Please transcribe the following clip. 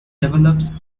develops